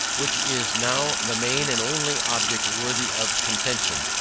which is now the main and only object worthy of contention,